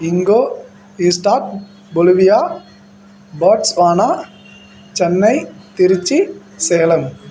இங்கோ ஈஸ்டாக் Bolivia Botswana Chennai Trichy Salem